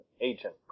agent